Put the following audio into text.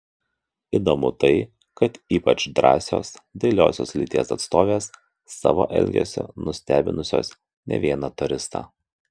įdomu tai kad ypač drąsios dailiosios lyties atstovės savo elgesiu nustebinusios ne vieną turistą